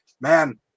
man